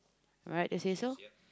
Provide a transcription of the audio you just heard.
am I right to say so